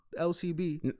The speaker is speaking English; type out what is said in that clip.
LCB